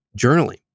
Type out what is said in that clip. journaling